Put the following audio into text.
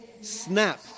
Snap